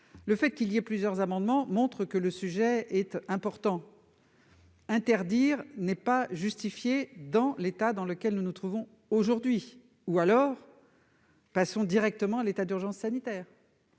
Le dépôt de plusieurs amendements à ce sujet montre que le sujet est important. Interdire n'est pas justifié dans l'état dans lequel nous nous trouvons aujourd'hui- ou alors passons directement à l'état d'urgence sanitaire.